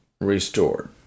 Restored